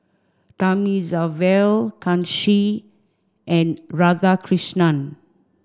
Thamizhavel Kanshi and Radhakrishnan